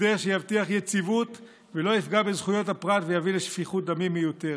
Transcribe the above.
הסדר שיבטיח יציבות ולא יפגע בזכויות הפרט ויביא לשפיכות דמים מיותרת.